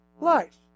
life